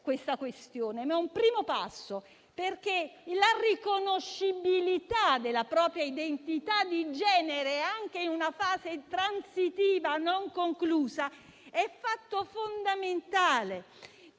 la questione, ma è un primo passo, in quanto la riconoscibilità della propria identità di genere anche in una frase di transizione non conclusa è un fatto fondamentale.